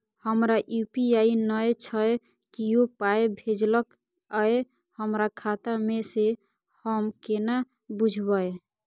हमरा यू.पी.आई नय छै कियो पाय भेजलक यै हमरा खाता मे से हम केना बुझबै?